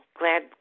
Glad